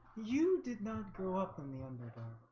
you did not grow up in the i'm